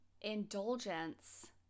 indulgence